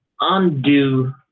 undo